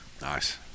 Nice